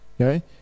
okay